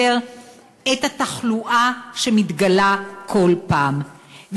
לסדר-היום את עניין התחלואה שמתגלה כל פעם.